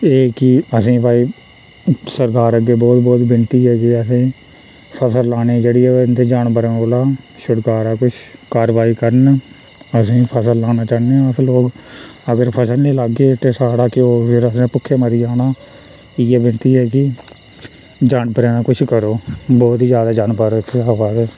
केह् कि असेंई भाई सरकार अग्गें बौह्त बौह्त विनती ऐ कि असेंई फसल लाने जेह्ड़ी एह् ते इनें जानवरें कोला छटकारा करान किश कारवाई करन ते असेंई फसल लाना चाह्न्ने अस लोक अगर फसल नी लागे ते साढ़ा केह् होग फिर असें भुक्खे मरी जाना इ'यै विनती ऐ कि जानवरें दा कुछ करो बौहत ज्यादा जानवर इत्थै आवा दे